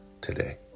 today